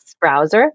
browser